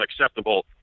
unacceptable